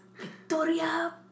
Victoria